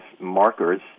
markers